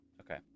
Okay